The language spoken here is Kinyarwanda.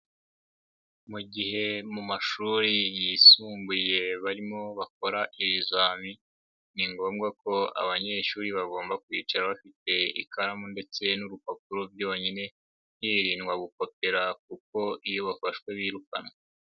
Mu gihe mu mashuri yisumbuye barimo bakora ibizami, ni ngombwa ko abanyeshuri bagomba kwicara bafite ikaramu ndetse n'urupapuro byonyine, hirindwa gukopera kuko iyo bafashwe birukanwa.